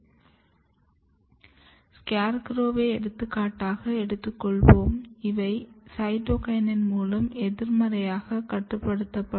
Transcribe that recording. SCARECROW வை எடுத்துக்காட்டாக எடுத்துக்கொள்வோம் இவை சைடோகையின் மூலம் எதிர்மறையாக கட்டுப்படுத்தப்படும்